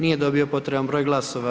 Nije dobio potreban broj glasova.